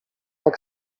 tak